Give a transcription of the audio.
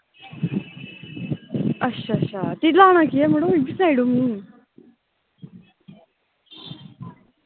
अच्छा अच्छा ते लाना केह् ऐ मड़ो एह बी सनाई ड़ो मिगी